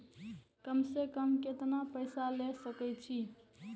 कम से कम केतना पैसा ले सके छी?